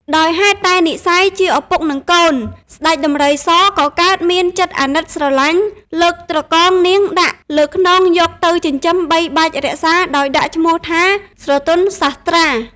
ដោយហេតុតែនិស្ស័យ ជាឪពុក និងកូន ស្តេចដំរីសក៏កើតមានចិត្តអាណិតស្រលាញ់លើកត្រកងនាងដាក់ លើខ្នងយកទៅចិញ្ចឹមបីបាច់រក្សាដោយដាក់ឈ្មោះថា ស្រទន់សាស្ត្រា។